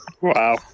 Wow